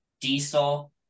Diesel